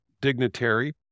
dignitary